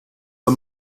the